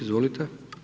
Izvolite.